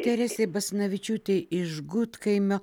teresei basanavičiūtei iš gudkaimio